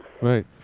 Right